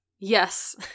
Yes